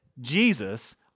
Jesus